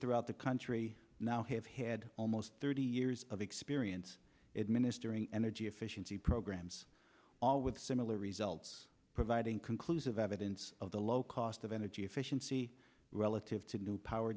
throughout the country now have had almost thirty years of experience administering energy efficiency programs all with similar results providing conclusive evidence of the low cost of energy efficient see relative to new power